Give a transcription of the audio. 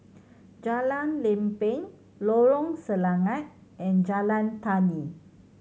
Jalan Lempeng Lorong Selangat and Jalan Tani